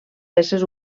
éssers